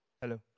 Hello